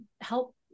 help